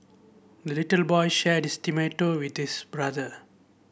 the little boy shared his tomato with this brother